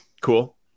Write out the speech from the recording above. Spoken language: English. Cool